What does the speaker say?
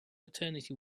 maternity